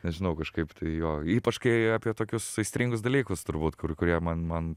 nežinau kažkaip tai jo ypač kai apie tokius aistringus dalykus turbūt kur kurie man man